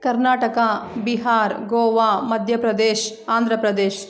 Karnataka Bihar Goa Madhya Pradesh Andhra Pradesh